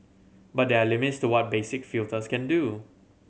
but there are limits to what basic filters can do